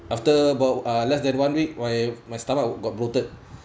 after about uh less than one week my my stomach got bloated